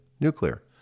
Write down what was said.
Nuclear